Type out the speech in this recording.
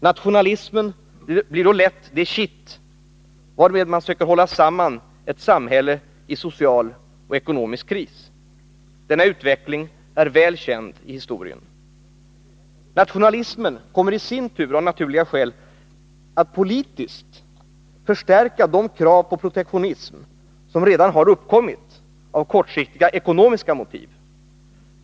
Nationalismen blir då lätt det kitt varmed man söker hålla samman ett samhälle i social och ekonomisk kris. Denna utveckling är väl känd i historien. Nationalismen kommer i sin tur av naturliga skäl att politiskt förstärka de krav på protektionism som redan har uppkommit av kortsiktiga ekonomiska motiv.